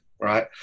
right